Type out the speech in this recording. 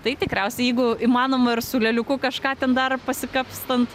tai tikriausiai jeigu įmanoma ir su lėliuku kažką ten dar pasikapstant